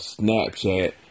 Snapchat